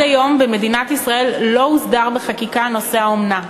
במדינת ישראל לא הוסדר עד היום בחקיקה נושא האומנה,